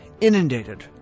inundated